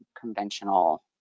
conventional